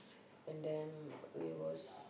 and then we was